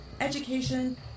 education